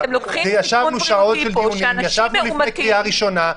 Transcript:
ישבנו שעות בדיונים לפני הקריאה הראשונה.